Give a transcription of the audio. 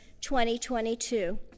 2022